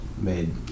made